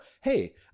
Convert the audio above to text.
Hey